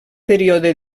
període